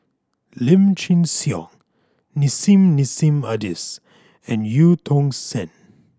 Lim Chin Siong Nissim Nassim Adis and Eu Tong Sen